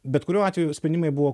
bet kuriuo atveju sprendimai buvo